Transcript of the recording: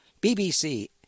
BBC